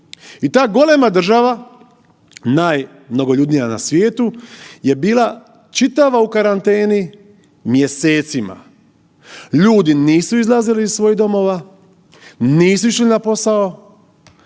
I ta golema država najmnogoljudnija na svijetu je bila čitava u karanteni mjesecima, ljudi nisu izlazili iz svojih domova, nisu išli na posao,